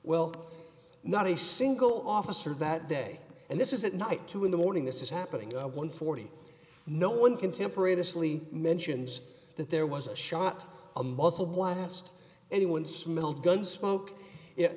well not a single officer that day and this is at night two in the morning this is happening one forty no one contemporaneously mentions that there was a shot a muzzle blast anyone smelled gunsmoke